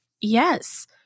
yes